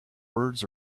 words